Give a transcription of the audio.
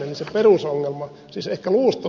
se on perusongelma